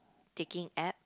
taking app